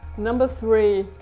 number three,